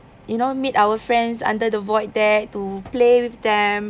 you know meet our friends under the void deck to play with them